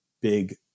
big